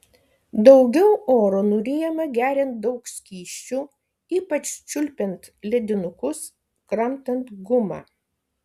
daugiau oro nuryjama geriant daug skysčių ypač čiulpiant ledinukus kramtant gumą